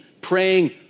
praying